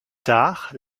tard